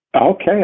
Okay